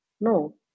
no